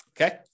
okay